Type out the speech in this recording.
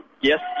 Yes